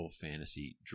Fantasy